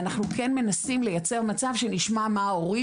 אנחנו כן מנסים לייצר מצב שנשמע מה ההורים